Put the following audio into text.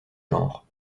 genres